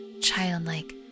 childlike